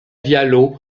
diallo